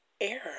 error